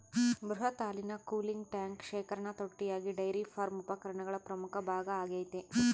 ಬೃಹತ್ ಹಾಲಿನ cooling tank ಶೇಖರಣಾ ತೊಟ್ಟಿಯಾಗಿ ಡೈರಿ ಫಾರ್ಮ್ ಉಪಕರಣಗಳ ಪ್ರಮುಖ ಭಾಗ ಆಗೈತೆ